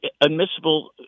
admissible